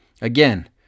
Again